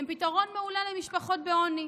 הם פתרון מעולה למשפחות בעוני,